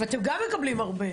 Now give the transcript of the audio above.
אז אתם גם מקבלים הרבה.